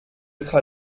être